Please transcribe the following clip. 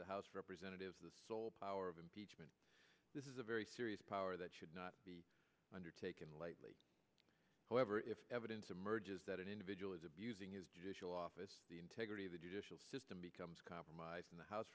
the house of representatives the sole power of impeachment this is a very serious power that should not be undertaken lightly however if evidence emerges that an individual is abusing his judicial office the integrity of the judicial system becomes compromised in the house